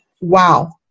wow